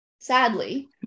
Sadly